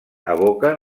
evoquen